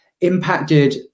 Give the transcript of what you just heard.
impacted